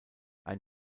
ein